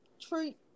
treat